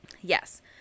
Yes